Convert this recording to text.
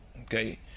Okay